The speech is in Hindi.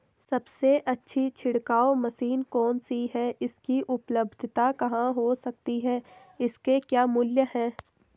सबसे अच्छी छिड़काव मशीन कौन सी है इसकी उपलधता कहाँ हो सकती है इसके क्या मूल्य हैं?